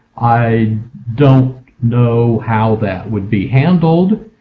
i don't know how that would be handled.